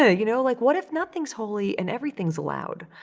ah you know? like, what if nothing's holy and everything's allowed?